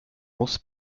muss